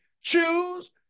choose